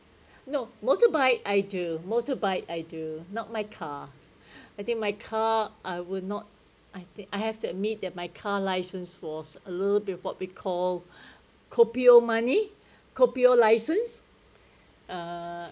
no motorbike I do motorbike I do not my car I think my car I will not I think I have to admit that my car license was a little bit what we call kopi O money kopi O license uh